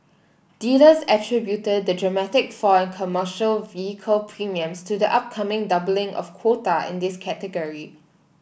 dealers attributed the dramatic fall in commercial vehicle premiums to the upcoming doubling of quota in this category